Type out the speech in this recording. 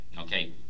Okay